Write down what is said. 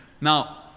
Now